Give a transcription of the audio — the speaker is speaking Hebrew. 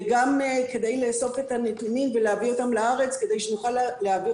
וגם כדי לאסוף את הנתונים ולהביא אותם לארץ כדי שנוכל להעביר